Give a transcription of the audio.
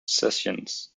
sessions